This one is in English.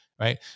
right